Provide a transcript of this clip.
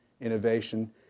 innovation